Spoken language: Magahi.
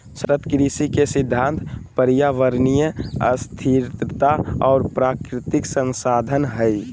सतत कृषि के सिद्धांत पर्यावरणीय स्थिरता और प्राकृतिक संसाधन हइ